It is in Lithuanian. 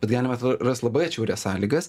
bet galima rast labai atšiaurias sąlygas